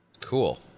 cool